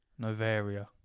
Novaria